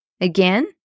Again